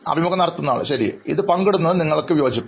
അഭിമുഖം നടത്തുന്നയാൾ ശരി ഇത് പങ്കിടുന്നതിൽ നിങ്ങൾക്ക് വിയോജിപ്പില്ല